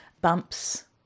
bumps